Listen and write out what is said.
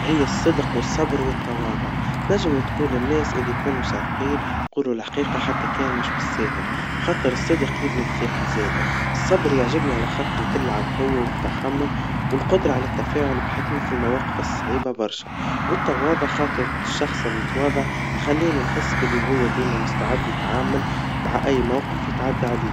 هي الصدق, والصبر, والتواضع, ننجم نقول للناس اللي يكونوا صادقين, بيقولوا الحقيقا حتى كان مش بالساهل, خاطر الصدق يبني الثقا زادا, الصبر يعجبني على خاطر يدل عالقوا والتحمل, والقدرا على التفاعل بحكما في المواقف الصعيبا برشا, والتواضع خاطر الشخص المتواضع, يخليني نحس باللي هوا ديما مستعد يتعامل مع أي موقف يتعدى عليه.